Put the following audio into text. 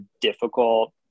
difficult